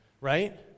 right